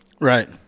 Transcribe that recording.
Right